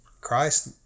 Christ